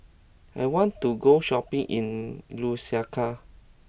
I want to go shopping in Lusaka